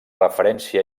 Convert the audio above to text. referència